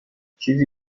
چیزی